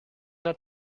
not